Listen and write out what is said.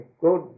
good